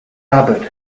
abbot